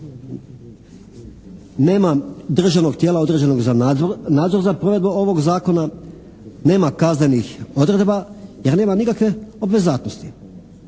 nema državnog tijela određenog za nadzor za provedbu ovog zakona, nema kaznenih odredaba jer nema nikakve obvezatnosti.